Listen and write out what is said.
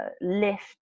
lift